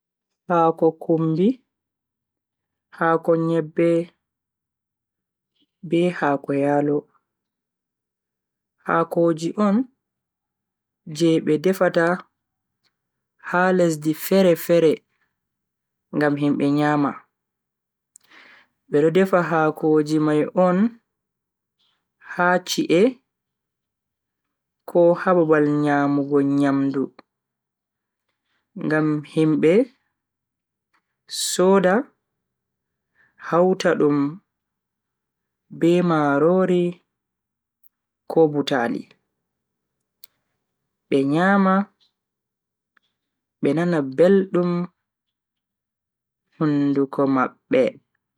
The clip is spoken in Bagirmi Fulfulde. Haako kumbi, haako nyebbe be haako yaalo. Haakoji on je be defata ha lesdi fere-fere ngam himbe nyama. Bedo defa haakoji mai on ha chi'e ko ha babal nyamugo nyamdu ngam himbe soda hauta dum be marori ko butaali be nyama be nana beldum hunduko mabbe. haako mai be do defa dum be kaute jamanu ngam u'ra, vela den bo ta vonna. bedo wata kusel be liddi ha nder mai ngam beddina dum velugo.